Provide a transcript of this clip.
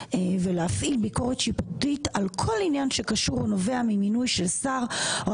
ולהפעיל ביקורת שיפוטית על כל עניין שקשור או "נובע ממינוי של שר או